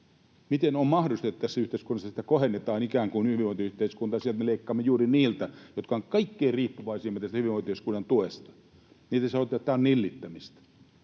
miten on mahdollista, että tätä hyvinvointiyhteiskuntaa ikään kuin kohennetaan sillä, että me leikkaamme juuri niiltä, jotka ovat kaikkein riippuvaisimpia tästä hyvinvointiyhteiskunnan tuesta, ja te sanotte, että tämä on nillittämistä.